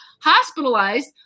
hospitalized